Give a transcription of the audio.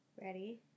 Ready